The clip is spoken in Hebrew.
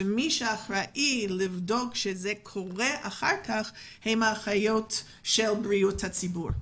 ומי שאחראי לבדוק שזה קורה אחר כך הן אחיות בריאות הציבור.